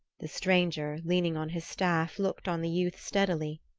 the stranger, leaning on his staff looked on the youth steadily.